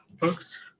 books